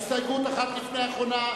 הסתייגות אחת לפני האחרונה,